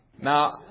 Now